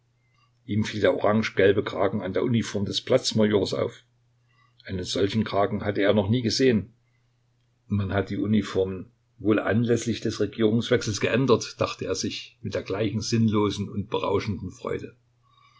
ihm fiel der orangegelbe kragen an der uniform des platz majors auf einen solchen kragen hatte er noch nie gesehen man hat die uniform wohl anläßlich des regierungswechsels geändert dachte er sich mit der gleichen sinnlosen und berauschenden freude